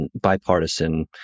bipartisan